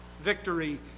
victory